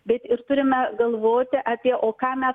bet ir turime galvoti apie o ką mes